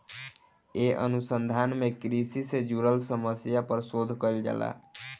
ए अनुसंधान में कृषि से जुड़ल समस्या पर शोध कईल जाला